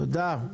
תודה.